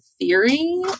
theory